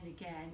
again